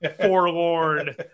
forlorn